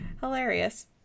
hilarious